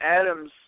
Adams